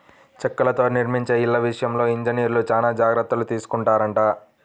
చెక్కలతో నిర్మించే ఇళ్ళ విషయంలో ఇంజనీర్లు చానా జాగర్తలు తీసుకొంటారంట